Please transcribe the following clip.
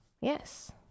Yes